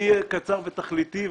אני אהיה קצר ותכליתי.